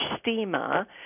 steamer